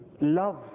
love